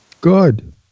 Good